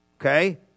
okay